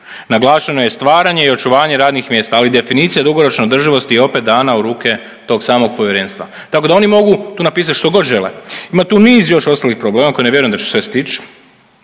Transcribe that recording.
naglašeno je stvaranje i očuvanje radnih mjesta, ali definicija dugoročne održivosti je opet dana u ruke tog samog povjerenstva, tako da oni mogu tu napisat štogod žele. Ima tu niz još ostalih problema koje ne vjerujem da ću sve stić,